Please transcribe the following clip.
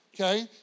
Okay